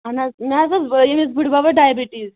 اہَن حظ مےٚ حظ اوس بٲے ییٚمِس بُڈبَبس ڈایبٹیٖز